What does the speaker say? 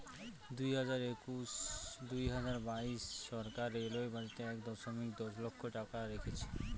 দুই হাজার একুশ দুই হাজার বাইশ সরকার রেলওয়ে বাজেটে এক দশমিক দশ লক্ষ কোটি টাকা রেখেছে